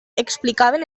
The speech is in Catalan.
explicaven